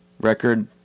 record